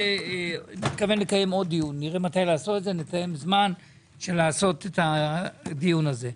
אני מקווה לקיים עוד דיון, נמצא זמן לדיון הזה.